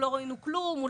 לא ראינו כלום.